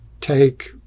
take